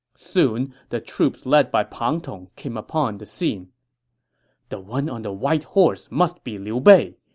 soon, the troops led by pang tong came upon the scene the one on the white horse must be liu bei,